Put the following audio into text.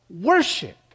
worship